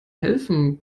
helfen